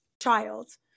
child